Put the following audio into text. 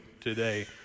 today